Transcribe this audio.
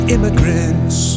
Immigrants